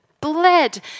bled